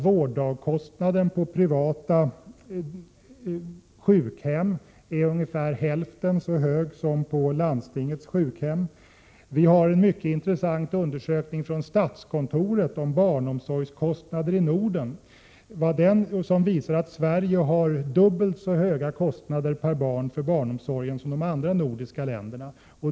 Vårddagkostnaden på privata sjukhem är ungefär hälften så hög som på landstingens sjukhem. En mycket intressant undersökning från statskontoret om barnomsorgskostnader i Norden visar att Sverige har dubbelt så höga kostnader för barnomsorg per barn som de andra nordiska länderna.